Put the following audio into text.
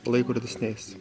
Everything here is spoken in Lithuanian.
laiko retesniais